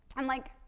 i'm like,